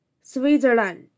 Switzerland